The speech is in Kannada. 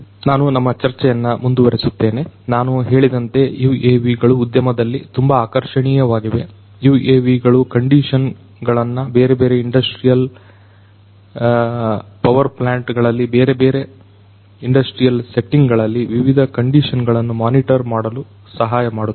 ಹಾಗಾಗಿ ನಾನು ನಮ್ಮ ಚರ್ಚೆಯನ್ನು ಮುಂದುವರಿಸುತ್ತೇನೆ ನಾನು ಹೇಳಿದಂತೆ UAVಗಳು ಉದ್ಯಮದಲ್ಲಿ ತುಂಬಾ ಆಕರ್ಷಣೀಯವಾಗಿವೆ UAVಗಳು ಕಂಡೀಶನ್ ಗಳನ್ನುಬೇರೆ ಬೇರೆ ಇಂಡಸ್ಟ್ರಿಯಲ್ ಪವರ್ ಪ್ಲಾಂಟ್ ಗಳಲ್ಲಿ ಬೇರೆಬೇರೆ ಇಂಡಸ್ಟ್ರಿಯಲ್ ಸೆಟ್ಟಿಂಗ್ ಗಳಲ್ಲಿ ವಿವಿಧ ಕಂಡೀಶನ್ ಗಳನ್ನು ಮಾನಿಟರ್ ಮಾಡಲು ಸಹಾಯಮಾಡುತ್ತವೆ